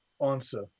answer